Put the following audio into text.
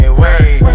wait